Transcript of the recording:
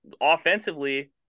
offensively